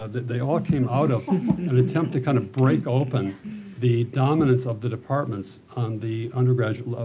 they all came out of an attempt to kind of break open the dominance of the departments on the undergraduate level.